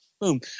Boom